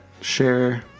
Share